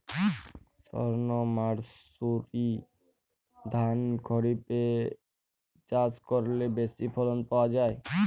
সর্ণমাসুরি ধান খরিপে চাষ করলে বেশি ফলন পাওয়া যায়?